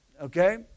okay